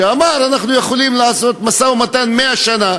שאמר: אנחנו יכולים לעשות משא-ומתן 100 שנה,